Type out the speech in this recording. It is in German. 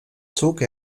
zog